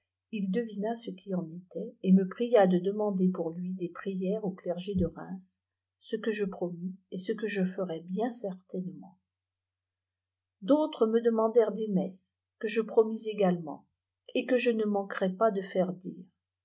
il devina ce qui en était et me pria de de mander pbiir lui des prières au clergé de retme ce que je mroinsvetm qt je ieralbseri certainement d'autre me deman éèrent des messe que je promis également r et que je ne manueirai pas de îre dire